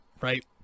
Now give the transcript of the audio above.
Right